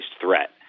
threat